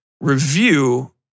review